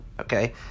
Okay